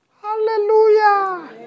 Hallelujah